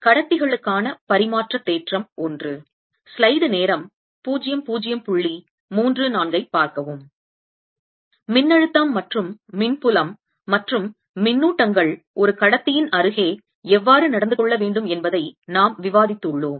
கடத்திகளுக்கான பரிமாற்றதேற்றம் I மின்னழுத்தம் மற்றும் மின்புலம் மற்றும் மின்னூட்டங்கள் ஒரு கடத்தியின் அருகே எவ்வாறு நடந்து கொள்ளவேண்டும் என்பதை நாம் விவாதித்துள்ளோம்